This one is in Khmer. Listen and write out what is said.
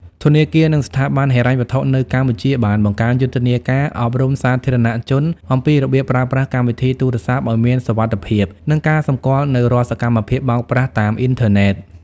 ធនាគារ និងស្ថាប័នហិរញ្ញវត្ថុនៅកម្ពុជាបានបង្កើនយុទ្ធនាការអប់រំសាធារណជនអំពីរបៀបប្រើប្រាស់កម្មវិធីទូរស័ព្ទឱ្យមានសុវត្ថិភាព និងការសម្គាល់នូវរាល់សកម្មភាពបោកប្រាស់តាមអ៊ីនធឺណិត។